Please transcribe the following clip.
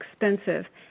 expensive